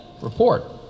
report